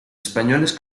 españoles